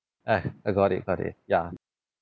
I I got it got it ya